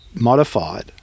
modified